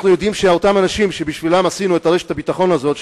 אנחנו יודעים שאותם אנשים שבשבילם עשינו את רשת הביטחון הזאת,